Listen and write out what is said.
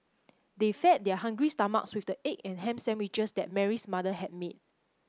they fed their hungry stomachs with the egg and ham sandwiches that Mary's mother had made